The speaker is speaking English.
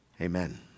Amen